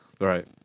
Right